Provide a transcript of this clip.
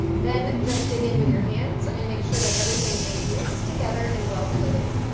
then just dig in with your hands and make sure that everything is mixed together and well coated.